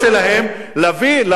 להביא לאוכלוסייה הזאת